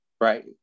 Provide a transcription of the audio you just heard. Right